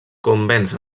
convenç